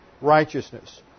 righteousness